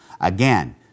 Again